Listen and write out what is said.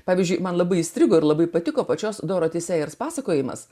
pavyzdžiui man labai įstrigo ir labai patiko pačios doro teise ir pasakojimas